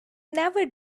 never